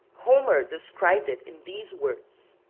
homer described it in these words